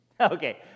Okay